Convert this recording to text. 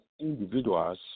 individuals